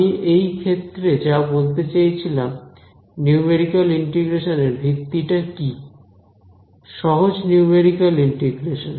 আমি এই ক্ষেত্রে যা বলতে চেয়েছিলাম নিউমেরিক্যাল ইন্টিগ্রেশন এর ভিত্তি টা কি সহজ নিউমেরিক্যাল ইন্টিগ্রেশন